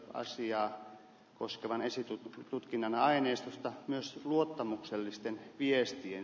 asiaa koskevan esitutkinta tutkinnan aineistosta myös luottamuksellisten viestien